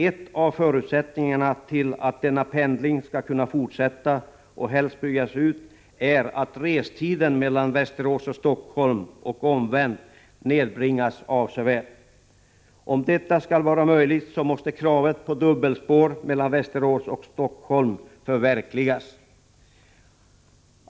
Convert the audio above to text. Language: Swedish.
En av förutsättningarna för att denna pendling skall kunna fortsätta, och helst byggas ut, är att restiden Västerås-Stockholm och omvänt nedbringas avsevärt. Om detta skall vara möjligt måste kravet på dubbelspår mellan Västerås och Stockholm förverkligas.